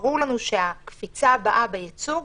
וברור לנו שהקפיצה הבאה בייצוג